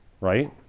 right